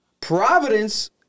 Providence